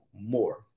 more